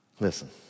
Listen